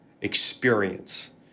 experience